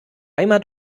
einmal